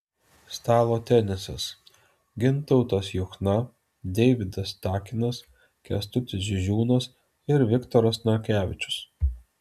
stalo tenisas gintautas juchna deividas takinas kęstutis žižiūnas ir viktoras narkevičius